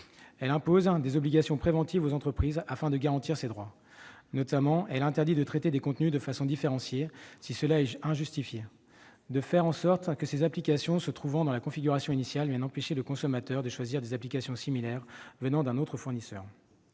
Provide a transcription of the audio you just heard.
Elle impose des obligations préventives aux entreprises, afin d'assurer ces droits. Elle interdit notamment de traiter des contenus de façon différenciée si cela est injustifié, de faire en sorte que des applications se trouvant dans la configuration initiale empêchent le consommateur de choisir des applications similaires provenant d'un autre fournisseur.